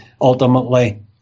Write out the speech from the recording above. ultimately